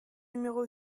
numéro